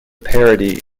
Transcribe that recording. parody